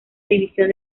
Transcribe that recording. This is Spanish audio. división